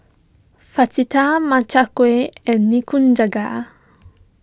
Fajitas Makchang Gui and Nikujaga